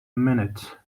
minute